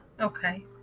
Okay